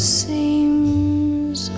seems